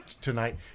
tonight